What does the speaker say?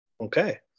Okay